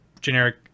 generic